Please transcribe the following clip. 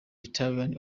italian